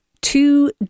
Two